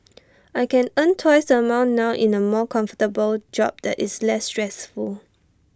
I can earn twice the amount now in A more comfortable job that is less stressful